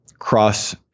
cross